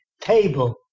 table